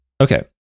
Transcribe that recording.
Okay